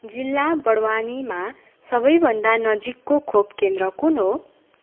जिल्ला बडवानीमा सबभन्दा नजिकको खोप केन्द्र कुन हो